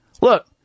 look